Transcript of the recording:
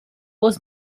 was